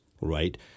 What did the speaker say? right